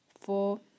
four